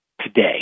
today